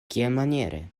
kiamaniere